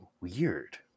Weird